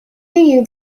you